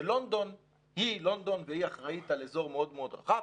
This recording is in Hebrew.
שלונדון היא לונדון והיא אחראית על אזור מאוד מאוד רחב,